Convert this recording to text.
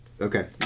Okay